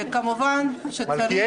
וכמובן שצריך --- אבל את הרבנים מחריגים.